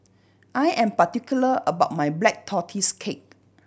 I am particular about my Black Tortoise Cake